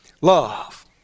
love